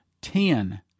ten